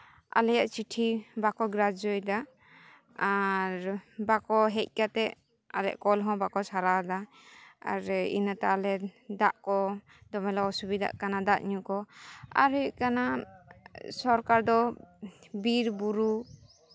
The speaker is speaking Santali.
ᱟᱞᱮᱭᱟᱜ ᱪᱤᱴᱷᱤ ᱵᱟᱠᱚ ᱜᱨᱟᱡᱡᱚᱭᱮᱫᱟ ᱟᱨ ᱵᱟᱠᱚ ᱦᱮᱡ ᱠᱟᱛᱮᱫ ᱟᱞᱮᱭᱟᱜ ᱠᱚᱞ ᱦᱚᱸ ᱵᱟᱠᱚ ᱥᱟᱨᱟᱣ ᱮᱫᱟ ᱟᱨ ᱤᱱᱟᱹ ᱛᱮ ᱟᱞᱮ ᱫᱟᱜ ᱠᱚ ᱫᱚᱢᱮᱞᱮ ᱚᱥᱩᱵᱤᱫᱷᱟᱜ ᱠᱟᱱᱟ ᱫᱟᱜ ᱧᱩ ᱠᱚ ᱟᱨ ᱦᱩᱭᱩᱜ ᱠᱟᱱᱟ ᱥᱚᱨᱠᱟᱨ ᱫᱚ ᱵᱤᱨᱼᱵᱩᱨᱩ